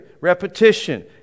repetition